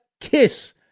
kiss